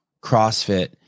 CrossFit